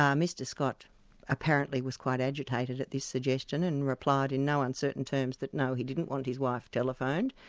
um mr scott apparently was quite agitated at this suggestion, and replied in no uncertain terms that no, he didn't want his wife telephoned,